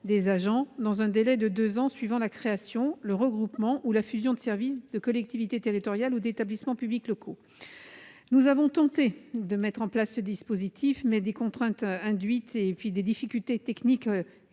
des agents dans un délai de deux ans suivant la création, le regroupement ou la fusion de services de collectivités territoriales ou d'établissements publics locaux. Nous avons tenté de mettre en place ce dispositif. Mais des contraintes induites et des difficultés techniques